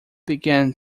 begun